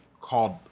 called